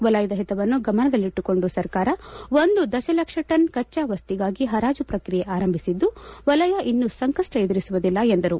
ವಲಯದ ಹಿತವನ್ನು ಗಮನದಲ್ಲಿಟ್ಟುಕೊಂಡು ಸರ್ಕಾರ ಒಂದು ದಶಲಕ್ಷ ಟನ್ ಕಚ್ಚಾವಸ್ತಿಗಾಗಿ ಹರಾಜು ಪ್ರಕ್ರಿಯೆ ಆರಂಭಿಸಿದ್ದು ವಲಯ ಇನ್ನು ಸಂಕಷ್ನ ಎದುರಿಸುವುದಿಲ್ಲ ಎಂದರು